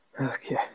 Okay